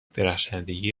درخشندگی